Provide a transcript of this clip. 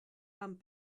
amb